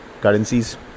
currencies